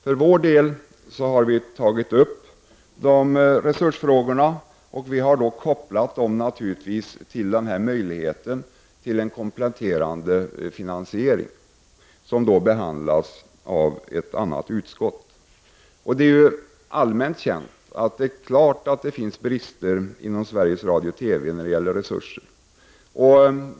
För centerns del har vi tagit upp dessa resursfrågor, och vi har kopplat dem till möjligheten med kompletterande finansiering som behandlas av ett annat utskott. Det är allmänt känt att det finns brister inom Sveriges Radio/TV när det gäller resurser.